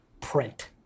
print